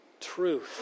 truth